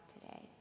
today